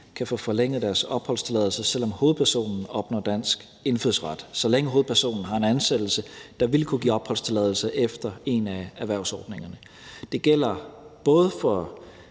kan få forlænget deres opholdstilladelse, selv om hovedpersonen opnår dansk indfødsret, så længe hovedpersonen har en ansættelse, der ville kunne give opholdstilladelse efter en af erhvervsordningerne. Det gælder både for